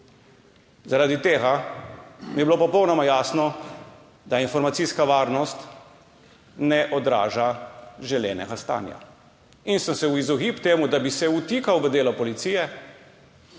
Zaradi tega mi je bilo popolnoma jasno, da informacijska varnost ne odraža želenega stanja in sem si v izogib temu, da bi se vtikal v delo policije,